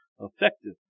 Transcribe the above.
effective